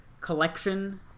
Collection